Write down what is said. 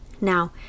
now